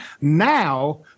Now